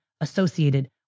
associated